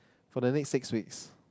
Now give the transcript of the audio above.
for the next six weeks